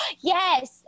Yes